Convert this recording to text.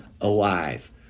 alive